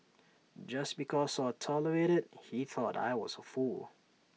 just because I tolerated he thought I was A fool